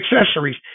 accessories